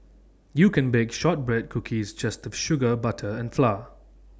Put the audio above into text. you can bake Shortbread Cookies just with sugar butter and flour